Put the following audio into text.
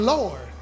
Lord